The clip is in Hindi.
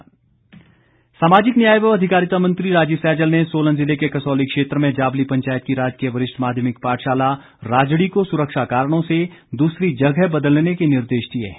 सैजल सामाजिक न्याय व अधिकारिता मंत्री राजीव सैजल ने सोलन जिले के कसौली क्षेत्र में जाबली पंचायत की राजकीय वरिष्ठ माध्यमिक पाठशाला राजड़ी को सुरक्षा कारणों से दूसरी जगह बदलने के निर्देश दिए है